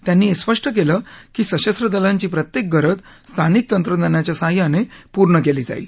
त्यांनी हे स्पष्ट केलं की सशस्त्र दलांची प्रत्येक गरज स्थानिक तंत्रज्ञानाच्या सहाय्याने पूर्ण केली जाईल